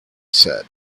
said